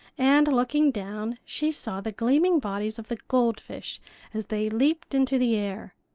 and looking down she saw the gleaming bodies of the goldfish as they leaped into the air.